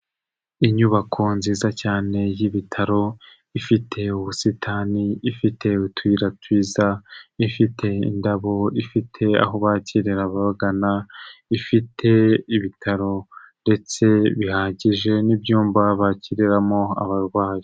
Inyubako nziza cyane y'ibitaro, ifite ubusitani, ifite utuyira twiza, ifite indabo, ifite aho bakirira ababagana, ifite ibitaro ndetse bihagije n'ibyumba bakiriramo abarwayi.